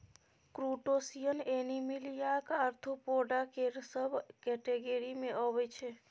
crustacean एनीमिलियाक Arthropoda केर सब केटेगिरी मे अबै छै